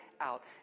out